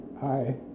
Hi